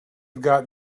got